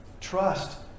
Trust